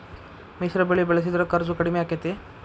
ಮಿಶ್ರ ಬೆಳಿ ಬೆಳಿಸಿದ್ರ ಖರ್ಚು ಕಡಮಿ ಆಕ್ಕೆತಿ?